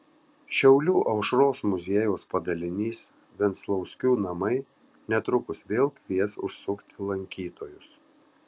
šiaulių aušros muziejaus padalinys venclauskių namai netrukus vėl kvies užsukti lankytojus